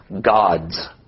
gods